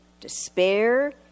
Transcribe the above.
despair